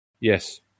Yes